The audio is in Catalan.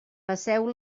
passeu